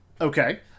Okay